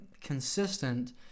consistent